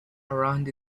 around